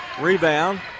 Rebound